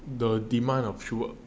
the demand of shoe